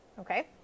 okay